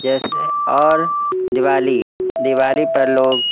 جیسے اور دیوالی دیوالی پر لوگ